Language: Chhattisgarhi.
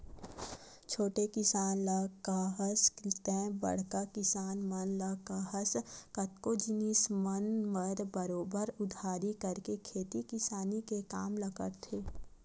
छोटे किसान ल काहस ते बड़का किसान मन ल काहस कतको जिनिस मन म बरोबर उधारी करके खेती किसानी के काम ल करथे